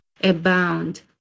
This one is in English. abound